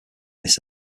this